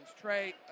Trey